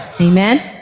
Amen